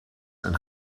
and